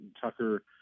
Tucker